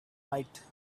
night